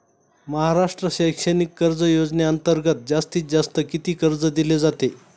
महाराष्ट्र शैक्षणिक कर्ज योजनेअंतर्गत जास्तीत जास्त किती कर्ज दिले जाते?